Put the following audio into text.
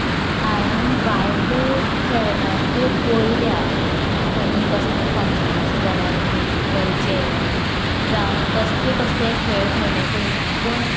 हांयेन बायलो खेळटात त्यो पळयल्या खंयी कसले फंक्शन आसा जाल्यार म्युजिकल चेर जावं तसले कसले खेळ खेळ्ळे पयल्या